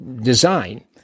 design